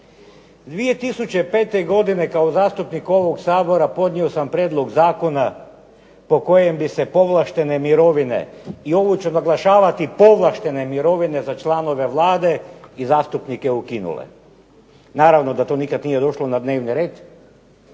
2005. godine kao zastupnik ovog Sabora podnio sam prijedlog zakona po kojem bi se povlaštene mirovine i ovo ću naglašavati povlaštene mirovine za članove Vlade i zastupnike ukinule. Naravno da to nikad nije došlo na dnevni red,